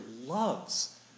loves